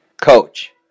Coach